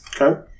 okay